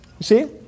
see